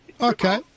Okay